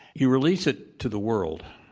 you release it to the world.